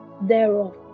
thereof